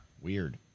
Weird